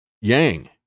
Yang